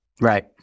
Right